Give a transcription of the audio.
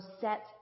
set